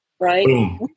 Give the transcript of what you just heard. right